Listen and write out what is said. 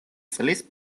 წლის